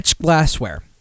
glassware